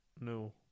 No